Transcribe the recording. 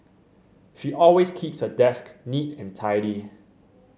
she always keeps her desk neat and tidy